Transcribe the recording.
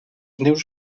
nius